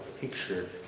picture